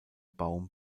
baum